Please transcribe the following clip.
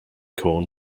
corn